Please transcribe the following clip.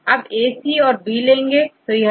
अबAC औरB ले तो यह10 है